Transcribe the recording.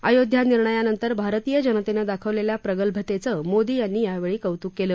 अयोध्या निर्णयानंतर भारतीय जनतेनं दाखवलेल्या प्रगल्भतेचं मोदी यांनी यावेळी कौतुक केलं